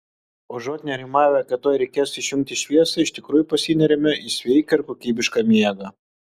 užuot nerimavę kad tuoj reikės išjungti šviesą iš tikrųjų pasineriame į sveiką ir kokybišką miegą